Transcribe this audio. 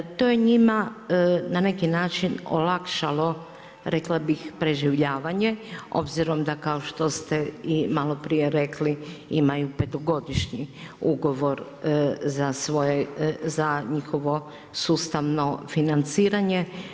To je njima na neki način olakšalo rekla bih preživljavanje, obzirom da kao što ste i malo prije rekli imaju 5.-godišnji ugovor za njihovo sustavno financiranje.